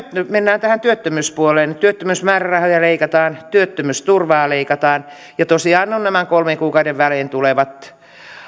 mennään tähän työttömyyspuoleen niin työttömyysmäärärahoja leikataan työttömyysturvaa leikataan ja tosiaan ovat nämä kolmen kuukauden välein tulevat